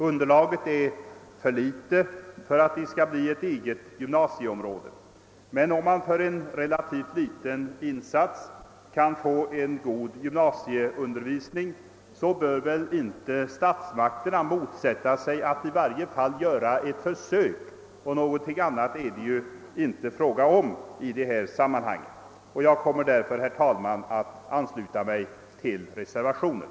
Underlaget är för litet för att det skall kunna bli fråga om ett eget gymnasieområde, men om man för en relativt liten insats kan få en god gymnasieundervisning bör väl inte statsmakterna motsätta sig att i varje fall göra ett försök, ty någonting annat rör det sig ju inte om i detta sammanhang. Jag kommer därför, herr talman, att ansluta mig till reservationen.